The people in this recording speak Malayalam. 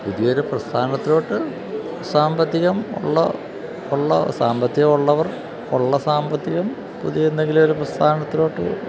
പുതിയൊരു പ്രസ്ഥാനത്തിലേക്ക് സാമ്പത്തികമുള്ള സാമ്പത്തികമുള്ളവർ ഉള്ള സാമ്പത്തികം പുതിയ എന്തെങ്കിലും ഒരു പ്രസ്ഥാനത്തിലേക്ക്